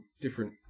different